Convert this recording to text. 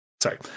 Sorry